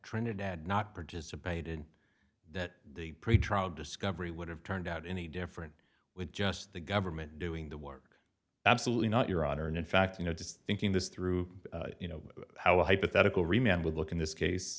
trinidad not participated in that the pretrial discovery would have turned out any different with just the government doing the work absolutely not your honor and in fact you know just thinking this through you know how a hypothetical remain would look in this case